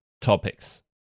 topics